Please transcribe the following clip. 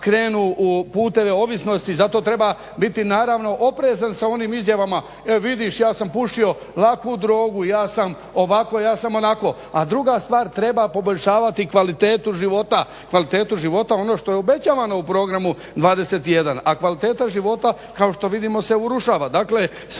u puteve ovisnosti. Zato treba biti naravno oprezan sa onim izjavama e vidiš ja sam pušio laku drogu, ja sam ovako, ja sam onako. A druga stvar, treba poboljšavati kvalitetu života, ono što je obećavano u programu 21, a kvaliteta života kao što vidimo se urušava. Dakle, sve